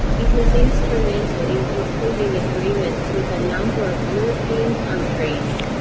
it was instrumental in concluding agreements with a number of european countries.